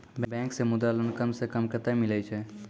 Bank से Mudra loan कम सऽ कम कतैय मिलैय छै?